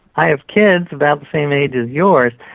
i have kids about the same age as yours,